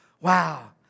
Wow